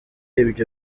ibyo